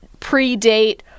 predate